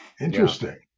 interesting